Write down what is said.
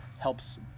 helps